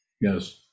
Yes